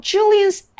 Julian's